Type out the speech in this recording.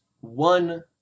one